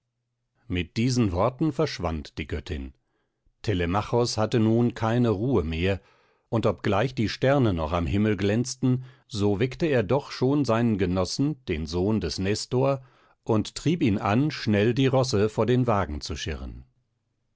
mit diesen worten verschwand die göttin telemachos hatte nun keine ruhe mehr und obgleich die sterne noch am himmel glänzten so weckte er doch schon seinen genossen den sohn des nestor und trieb ihn an schnell die rosse vor den wagen zu schirren